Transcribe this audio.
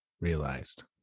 realized